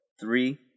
Three